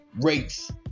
rates